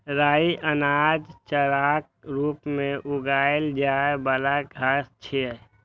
राइ अनाज, चाराक रूप मे उगाएल जाइ बला घास छियै